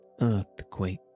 earthquake